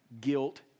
guilt